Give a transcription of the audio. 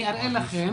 אני אראה לכם.